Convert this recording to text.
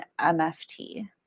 MFT